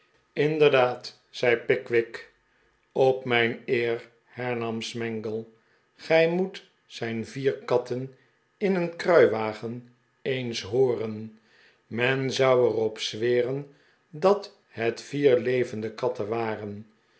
inderdaad zei pickwick op mijn eer hernam smangle gij moet zijn vier katten in een kruiwagen eens hooren men zou er op zweren dat het vier levende katten waren